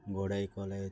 Ghadai college